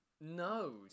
No